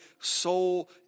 soul